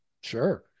Sure